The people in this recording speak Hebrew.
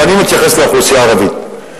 אבל אני מתייחס לאוכלוסייה הערבית.